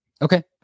Okay